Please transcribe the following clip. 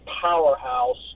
powerhouse